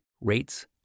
rates